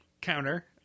counter